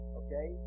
okay